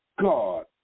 God